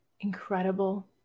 incredible